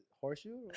Horseshoe